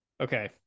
Okay